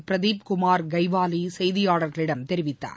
பிரதீப் குமார் கைவாலி செய்தியாளர்களிடம் தெரிவித்தார்